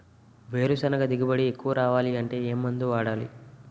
వేరుసెనగ దిగుబడి ఎక్కువ రావాలి అంటే ఏ మందు వాడాలి?